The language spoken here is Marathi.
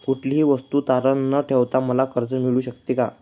कुठलीही वस्तू तारण न ठेवता मला कर्ज मिळू शकते का?